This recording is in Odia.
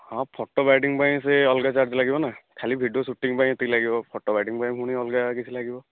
ହଁ ଫଟୋ ବାଇଡିଙ୍ଗ ପାଇଁ ସେ ଅଲଗା ଚାର୍ଜ ଲାଗିବନା ଖାଲି ଭିଡିଓ ସୁଟିଙ୍ଗ ପାଇଁ ଏତିକି ଲାଗିବ ଫଟୋ ବାଇଡିଙ୍ଗ ପାଇଁ ଫୁଣି ଅଲଗା କିଛି ଲାଗିବ